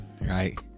right